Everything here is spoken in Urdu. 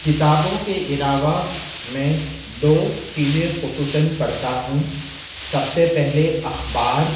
کتابوں کے علاوہ میں دو چیزیں خصوصاً پڑھتا ہوں سب سے پہلے اخبار